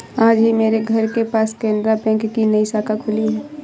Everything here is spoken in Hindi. आज ही मेरे घर के पास केनरा बैंक की नई शाखा खुली है